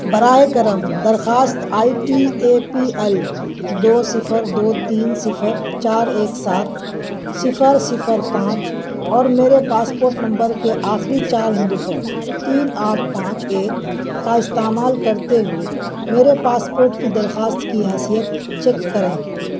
براہ کرم درخواست I T A P L دو صفر دو تین صفر چار ایک سات صفر صفر پانچ اور میرے پاسپوٹ نمبر کے آخری چار ہندسوں تین آٹھ پانچ ایک کا استعمال کرتے ہوئے میرے پاسپوٹ کی درخواست کی حیثیت چیک کریں